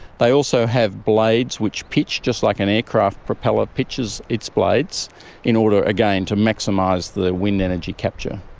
they also have blades which pitch just like an aircraft propeller pitches its blades in order, again, to maximise the wind energy capture.